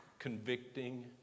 convicting